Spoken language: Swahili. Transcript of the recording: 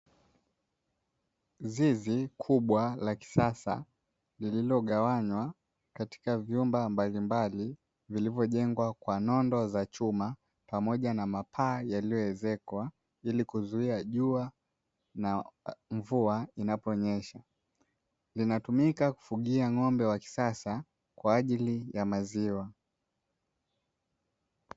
Zizi kubwa la kisasa lililogawanywa katika vyumba mbalimbali vilivyojengwa kwa nondo za chuma pamoja na mapaa yaliyoezekwa, ili kizuia jua na mvua inaponyeesha linatumika kufugia ng'ombe wa kisasa kwa ajili ya maziwa.